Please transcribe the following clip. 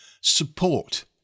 support